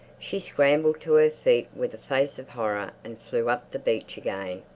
she scrambled to her feet with a face of horror and flew up the beach again.